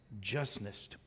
justness